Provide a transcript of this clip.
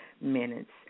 minutes